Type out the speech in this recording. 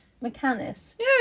Mechanist